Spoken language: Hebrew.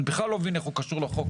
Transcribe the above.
אני בכלל לא מבין איך הוא קשור לחוק.